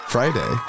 Friday